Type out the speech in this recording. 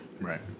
Right